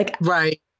Right